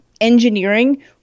engineering